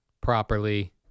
properly